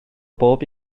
bob